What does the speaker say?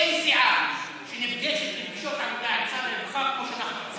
אין סיעה שנפגשת פגישות עבודה עם שר הרווחה כמו שאנחנו עושים.